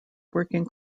working